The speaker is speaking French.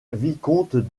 vicomte